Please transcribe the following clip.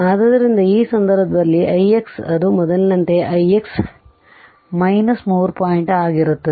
ಆದ್ದರಿಂದ ಈ ಸಂದರ್ಭದಲ್ಲಿ ix 'ಅದು ಮೊದಲಿನಂತೆಯೇ ix 3 ಪಾಯಿಂಟ್ ಆಗಿರುತ್ತದೆ